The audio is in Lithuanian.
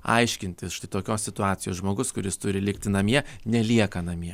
aiškintis štai tokios situacijos žmogus kuris turi likti namie nelieka namie